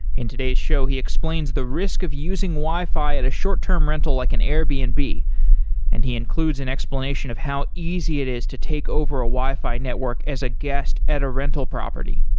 in today's show, he explains the risk of using wi-fi at a short-term rental like an airbnb, and and he includes an explanation of how easy it is to take over a wi-fi network as a guest at a rental property.